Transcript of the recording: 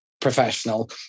professional